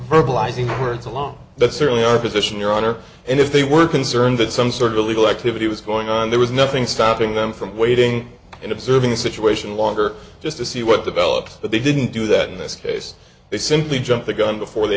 lies in words alone that certainly our position your honor and if they were concerned that some sort of illegal activity was going on there was nothing stopping them from waiting and observing the situation longer just to see what develops but they didn't do that in this case they simply jumped the gun before they